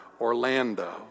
Orlando